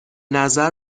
نظر